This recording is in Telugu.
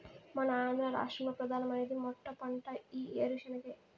మన ఆంధ్ర రాష్ట్రంలో ప్రధానమైన మెట్టపంట ఈ ఏరుశెనగే